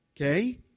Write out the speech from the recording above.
okay